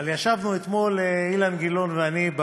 אבל ישבנו אתמול, אילן גילאון ואני,